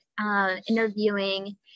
interviewing